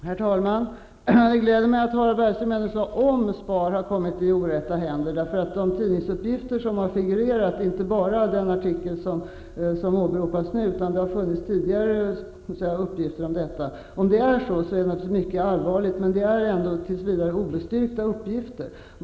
Herr talman! Det gläder mig att Harald Bergström ändå sade om SPAR har kommit i orätta händer -- eftersom de tidningsuppgifter som har figurerat, inte bara den artikel som åberopas nu utan även tidigare tidningsuppgifter -- då är det naturligtvis mycket allvarligt, men det är ändå tills vidare obestyrkta uppgifter.